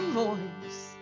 voice